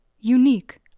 unique